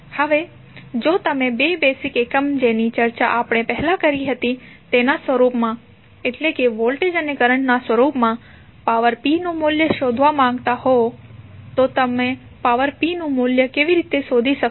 હવે જો તમે બે બેઝિક એકમ જેની ચર્ચા આપણે પહેલાં કરી હતી તેના સ્વરૂપમાં એટલે કે વોલ્ટેજ અને કરંટ ના સ્વરૂપમાં પાવર p નું મૂલ્ય શોધવા માંગતા હોય તો તમે પાવર p નું મૂલ્ય કેવી રીતે શોધી શકશો